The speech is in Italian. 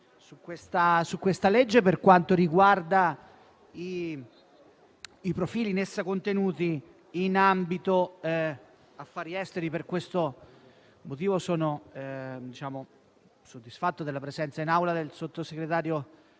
su questa legge per quanto riguarda i profili in essa contenuti nell'ambito degli affari esteri. Per questo motivo sono soddisfatto della presenza in Aula del sottosegretario